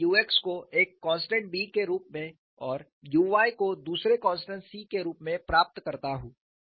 मैं u x को एक कॉन्स्टेंट B के रूप में और u y को दूसरे कॉन्स्टेंट C के रूप में प्राप्त करता हूँ